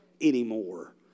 anymore